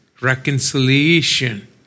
reconciliation